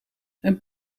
een